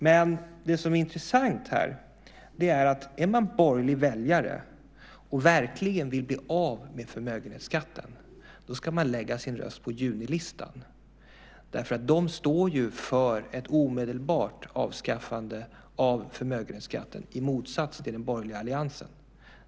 Men det som är intressant här är att är man borgerlig väljare och verkligen vill bli av med förmögenhetsskatten ska man lägga sin röst på Junilistan, därför att de står för ett omedelbart avskaffande av förmögenhetsskatten i motsats till den borgerliga alliansen.